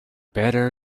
better